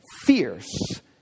fierce